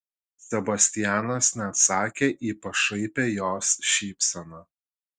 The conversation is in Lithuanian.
sebastianas neatsakė į pašaipią jos šypseną